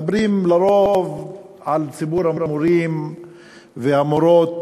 מדברים לרוב על ציבור המורים והמורות,